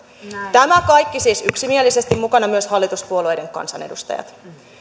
tämä kaikki siis yksimielisesti mukana myös hallituspuolueiden kansanedustajat